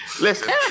listen